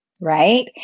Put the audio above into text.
Right